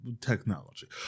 technology